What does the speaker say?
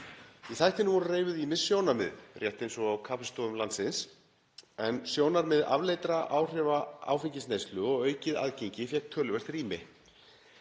Í þættinum voru reifuð ýmis sjónarmið, rétt eins og á kaffistofum landsins, en sjónarmið afleiddra áhrifa áfengisneyslu og aukið aðgengi fékk töluvert rými